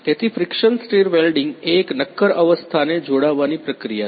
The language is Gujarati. તેથી ફ્રિકશન સ્ટિર વેલ્ડિંગ એ એક નક્કર અવસ્થાને જોડાવાની પ્રક્રિયા છે